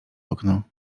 okno